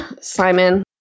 Simon